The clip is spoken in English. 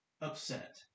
upset